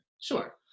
sure